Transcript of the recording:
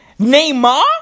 Neymar